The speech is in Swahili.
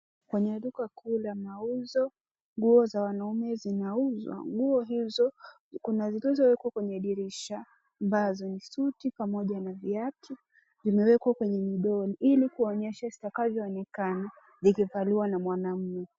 Kwenye Duka kuu la mauzo nguo za wanaume zinauzwa. Nguo hizo kuna zilizo wekwa kwenye dirisha ambazo ni suti pamoja na viatu vimewekwa kwenye mdoli ili kuonyesha zitakavyoonekana zikivaliwa na mwanamme.